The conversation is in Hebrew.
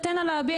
תן לה להביע.